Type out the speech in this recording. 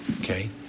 Okay